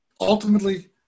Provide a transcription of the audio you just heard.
Ultimately